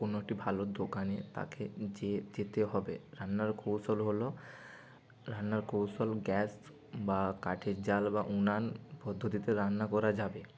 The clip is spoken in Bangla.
কোনো একটি ভালো দোকানে তাকে যে যেতে হবে রান্নার কৌশল হলো রান্নার কৌশল গ্যাস বা কাঠের জাল বা উনান পদ্ধতিতে রান্না করা যাবে